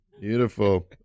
beautiful